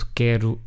quero